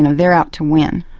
they are out to win.